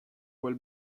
quel